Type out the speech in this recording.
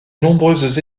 nombreuses